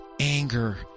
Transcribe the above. anger